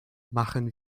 machen